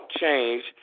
change